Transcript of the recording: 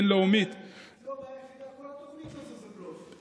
כל התוכנית הזאת זה בלוף.